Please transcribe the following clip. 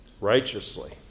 righteously